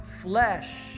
flesh